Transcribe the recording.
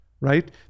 Right